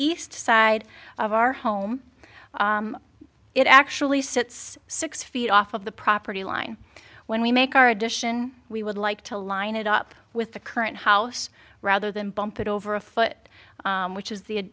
east side of our home it actually sits six feet off of the property line when we make our addition we would like to line it up with the current house rather than bump it over a foot which is